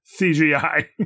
CGI